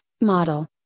model